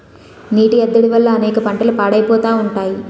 నీటి ఎద్దడి వల్ల అనేక పంటలు పాడైపోతా ఉంటాయి